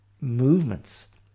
movements